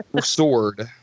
sword